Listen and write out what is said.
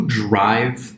drive